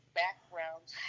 backgrounds